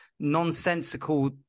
nonsensical